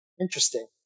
Interesting